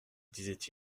disait